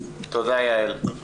תודה, יעל.